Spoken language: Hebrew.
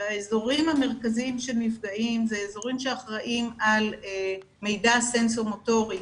האזורים המרכזיים שנפגעים אלה האזורים שאחראים על מידע סנסור מוטורי